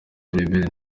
philbert